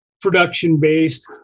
production-based